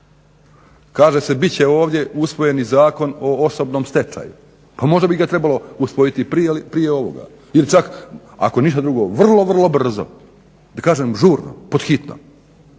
Kaže se bit će ovdje usvojen i Zakon o osobnom stečaju. Pa možda bi ga trebalo usvojiti prije ovoga, jer čak ako ništa drugo vrlo, vrlo brzo da kažem žurno, pod hitno